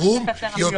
רגע, לכמה זמן?